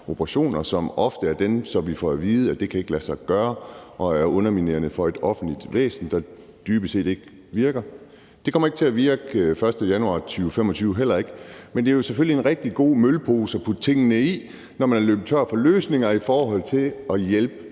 operationer, som ofte er dem, som vi får at vide ikke kan lade sig gøre, og det er underminerende for et offentligt væsen, der dybest set ikke virker. Det kommer heller ikke til at virke den 1. januar 2025. Men det er jo selvfølgelig en rigtig god mølpose at putte tingene i, når man er løbet tør for løsninger i forhold til at hjælpe